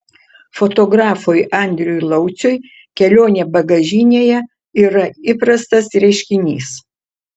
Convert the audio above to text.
fotografui andriui lauciui kelionė bagažinėje yra įprastas reiškinys